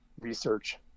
research